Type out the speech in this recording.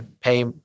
pay